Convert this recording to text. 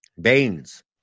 Baines